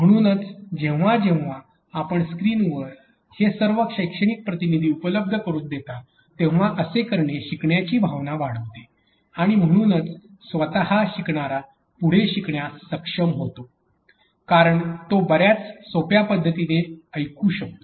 म्हणूनच जेव्हा जेव्हा आपण स्क्रीनवर हे सर्व शैक्षणिक प्रतिनिधी उपलब्ध करून देता तेव्हा असे करणे शिकण्याची भावना वाढवते आणि म्हणूनच स्वतः शिकणारा पुढे शिकण्यास सक्षम होतो कारण तो बऱ्याच सोप्या पद्धतीने ऐकू शकतो